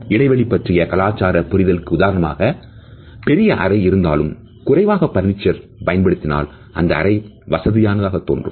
இடைவெளியை பற்றிய கலாச்சாரப் புரிதல் உதாரணமாக பெரிய அறையாக இருந்தாலும் குறைவாக பர்னிச்சர் பயன்படுத்தினால் அந்த அறை வசதியானதாக தோன்றும்